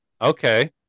okay